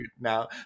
Now